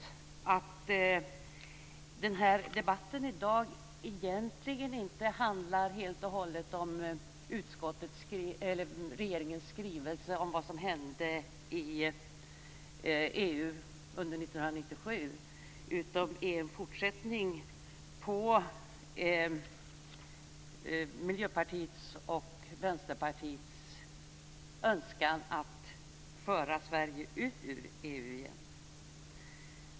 Dagens debatt handlar egentligen inte helt och hållet om regeringens skrivelse om vad som hände i EU under 1997, utan den är en fortsättning på Miljöpartiets och Vänsterpartiets önskan att föra Sverige ut ur EU.